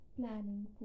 planning